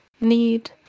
need